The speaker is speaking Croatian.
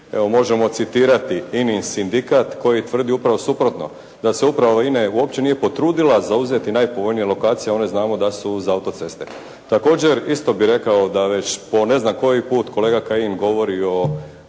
možemo citirati INA-in sindikat koji tvrdi upravo suprotno. Da se uprava INA-e upravo nije potrudila zauzeti najpovoljnije lokacije a one znamo da su uz autoceste. Također isto bih rekao da već po ne znam koji put kolega Kajin govori o